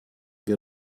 wir